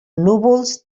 núvols